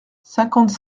cinquante